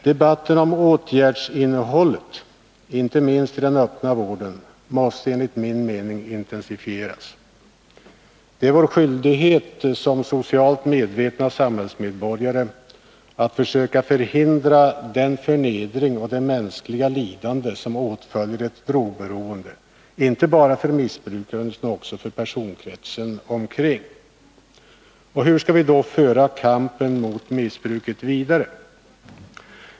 Debatten om åtgärdsinnehållet, inte minst i den öppna vården, måste intensifieras. Det är vår skyldighet som socialt medvetna samhällsmedborgare att försöka förhindra den förnedring och det mänskliga lidande som åtföljer ett drogberoende, inte bara för missbrukaren utan också för personkretsen omkring denne. Hur skall vi då föra kampen mot missbruket vidare?